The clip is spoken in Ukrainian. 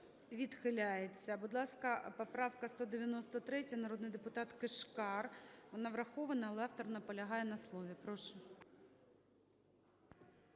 відхиляється. Будь ласка, поправка 193, народний депутатКишкар. Вона врахована, але автор наполягає на слові. Прошу.